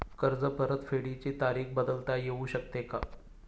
कर्ज परतफेडीची तारीख बदलता येऊ शकते का?